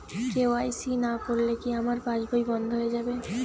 KYC না করলে কি আমার পাশ বই বন্ধ হয়ে যাবে?